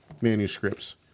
manuscripts